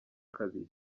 kabiri